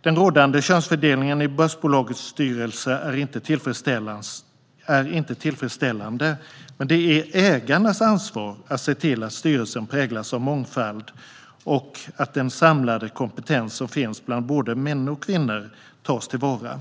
Den rådande könsfördelningen i börsbolagsstyrelser är inte tillfredsställande, men det är ägarnas ansvar att se till att styrelsen präglas av mångfald och att den samlade kompetens som finns bland både män och kvinnor tas till vara.